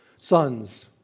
sons